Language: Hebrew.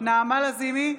נעמה לזימי,